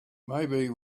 maybe